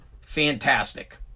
fantastic